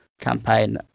campaign